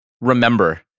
remember